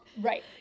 Right